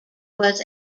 was